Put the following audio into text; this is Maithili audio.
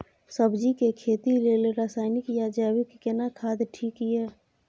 सब्जी के खेती लेल रसायनिक या जैविक केना खाद ठीक ये?